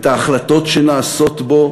את ההחלטות שנעשות בו,